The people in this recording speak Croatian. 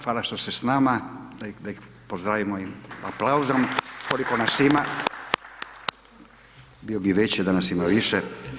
Hvala što ste s nama, da ih pozdravimo aplauzom, koliko nas ima… bio bi veći da nas ima više.